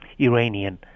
Iranian